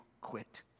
quit